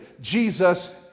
Jesus